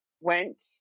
went